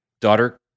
daughter